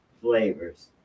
flavors